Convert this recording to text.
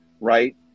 right